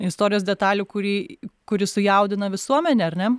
istorijos detalių kurį kuri sujaudina visuomenę ar ne